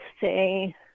say